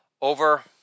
over